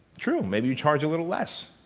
true. maybe you charge a little less.